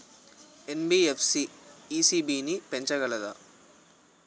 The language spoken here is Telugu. ఎన్.బి.ఎఫ్.సి ఇ.సి.బి ని పెంచగలదా?